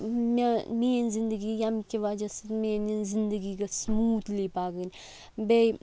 میٛٲن میٛٲنۍ زِنٛدگی ییٚمہِ کہِ وَجہہ سٍتۍ میٛٲنۍ زِنٛدٕگی گٔژھ سُموٗتھلی پَکٕنۍ بیٚیہِ